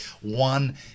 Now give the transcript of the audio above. one